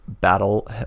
battle